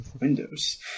Windows